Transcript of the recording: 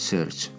Search